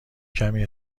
کمی